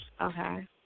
Okay